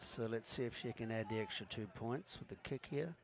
so let's see if she can add the extra two points with the kick here